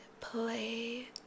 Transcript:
play